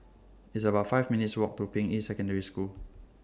It's about five minutes' Walk to Ping Yi Secondary School